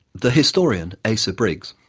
the historian, asa briggs,